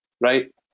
right